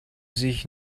sich